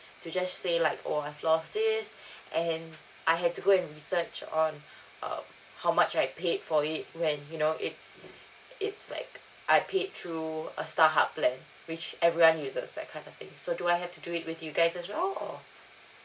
to just say like oh I've lost this and I had to go and research on um how much I paid for it when you know it's it's like I paid through a starhub plan which everyone uses that kind of thing so do I have to do it with you guys as well or